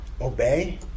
obey